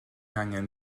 angan